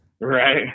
right